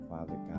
Father